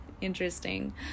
Interesting